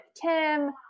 Tim